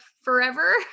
forever